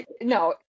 no